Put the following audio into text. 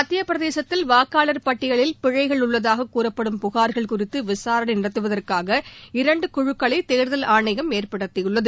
மத்தியப்பிரதேதத்தில் வாக்காளர் பட்டியலில் பிழைகள் உள்ளதாக கூறப்படும் புகார்கள் குறித்து விசாரணை நடத்துவதற்காக இரண்டு குழுக்களை தேர்தல் ஆணையம் ஏற்படுத்தியுள்ளது